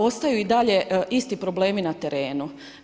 Ostaju i dalje isti problemi na terenu.